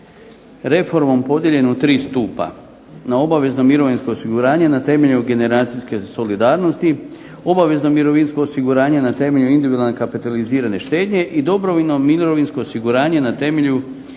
reformom podijeljen u tri stupa, na obavezno mirovinsko osiguranje na temelju generacijske solidarnosti, obavezno mirovinsko osiguranje na temelju individualne kapitalizirane štednje i dobrovoljno mirovinsko osiguranje na temelju